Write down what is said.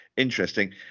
interesting